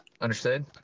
Understood